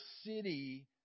city